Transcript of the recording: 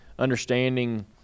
understanding